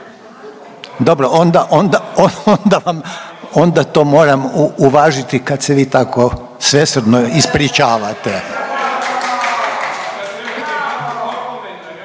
Dobro, onda to moram uvažiti kad se vi tako svesrdno ispričavate.